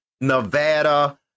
Nevada